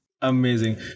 Amazing